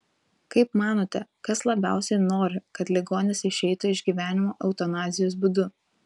kaip manote kas labiausiai nori kad ligonis išeitų iš gyvenimo eutanazijos būdu